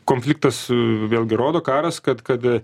konfliktas su vėlgi rodo karas kad kad a